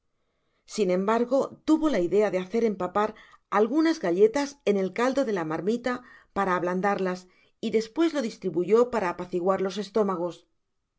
sin embargo tuvo la idea de hacer empapar algunas galletas en el caldo de la marmita para ablandarlas y despues lo distribuyó para apaciguar los estómagos